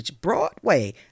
Broadway